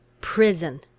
Prison